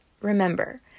remember